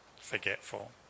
forgetful